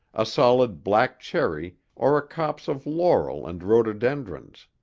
a solitary black cherry or a copse of laurel and rhododendrons.